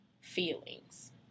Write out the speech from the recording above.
feelings